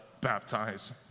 baptize